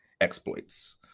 exploits